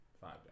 Five